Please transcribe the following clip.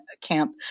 camp